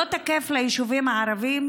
לא תקף ליישובים הערביים.